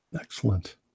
Excellent